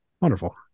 Wonderful